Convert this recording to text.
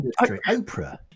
oprah